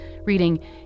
reading